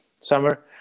summer